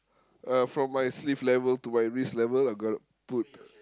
uh from my sleeve level to my wrist level I'm gonna put